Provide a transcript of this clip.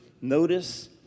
notice